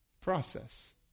process